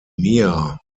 mia